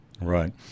Right